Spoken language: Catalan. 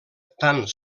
tant